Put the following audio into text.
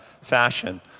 fashion